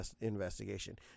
investigation